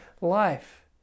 life